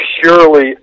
purely